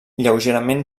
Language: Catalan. lleugerament